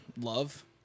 love